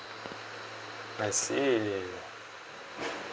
I see